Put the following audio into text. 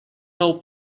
nou